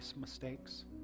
mistakes